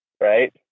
right